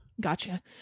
gotcha